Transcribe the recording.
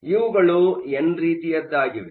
ಆದ್ದರಿಂದ ಇವುಗಳು ಎನ್ ರೀತಿಯದ್ದಾಗಿವೆ